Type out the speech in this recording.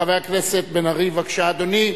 חבר הכנסת בן-ארי, בבקשה, אדוני.